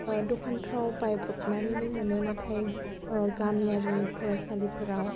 दखानफोराव बायब्र'बनानैनो मोनो नाथाय गामियारि फरायसालिफोराव